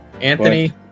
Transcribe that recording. Anthony